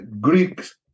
Greeks